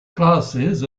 classes